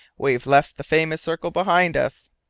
we've left the famous circle behind us!